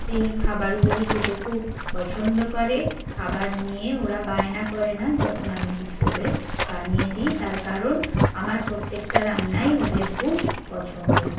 এই খাবারগুলি খেতে খুব পছন্দ করে খাবার নিয়ে ওরা বায়না করে না যখন আমি কিছু ওদের বানিয়ে দিই তার কারণ আমার প্রত্যেকটা রান্নাই ওদের খুব পছন্দের